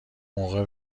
موقع